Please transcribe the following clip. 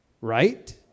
right